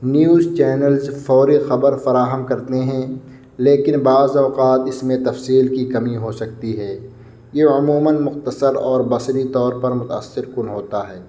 news channels فوری خبر فراہم کرتے ہیں لیکن بعض اوقات اس میں تفصیل کی کمی ہو سکتی ہے یہ عموماً مختصر اور بصری طور پر متاثر کن ہوتا ہے